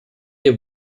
der